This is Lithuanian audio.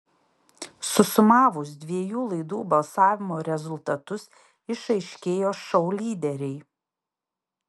susumavus dviejų laidų balsavimo rezultatus išaiškėjo šou lyderiai